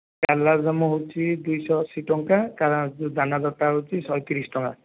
କାଲାଜାମ ହେଉଛି ଦୁଇଶହ ଅଶୀ ଟଙ୍କା ଯେଉଁ ଦାନାଦାରଟା ହେଉଛି ଶହେ ତିରିଶ ଟଙ୍କା